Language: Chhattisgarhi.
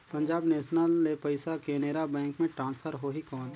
पंजाब नेशनल ले पइसा केनेरा बैंक मे ट्रांसफर होहि कौन?